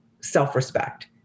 self-respect